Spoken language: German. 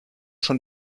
schon